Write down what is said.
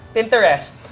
Pinterest